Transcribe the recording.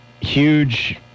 huge